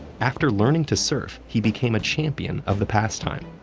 after learning to surf, he became a champion of the pastime.